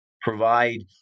provide